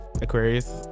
Aquarius